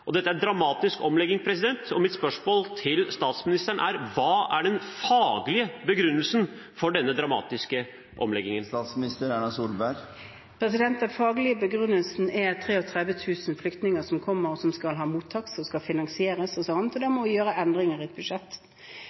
Dette er en dramatisk omlegging. Mitt spørsmål til statsministeren er: Hva er den faglige begrunnelsen for denne dramatiske omleggingen? Den faglige begrunnelsen er 33 000 flyktninger som kommer, som skal ha mottak, og som skal finansieres, og da må vi gjøre endringer i et budsjett.